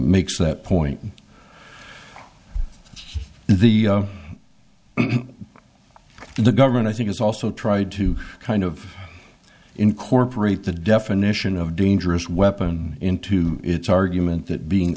makes that point the the government i think is also tried to kind of incorporate the definition of a dangerous weapon into its argument that being